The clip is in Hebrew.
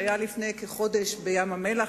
שהיה לפני כחודש בים-המלח.